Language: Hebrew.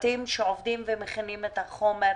הצוותים שעובדים ומכינים את החומר,